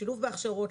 שילוב והכשרות,